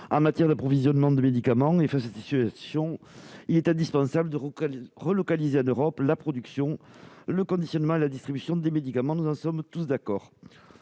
en matière d'approvisionnement de médicaments. Face à cette situation, il est indispensable de relocaliser en Europe la production, le conditionnement et la distribution des médicaments, nous en sommes tous d'accord.